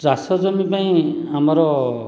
ଚାଷ ଜମି ପାଇଁ ଆମର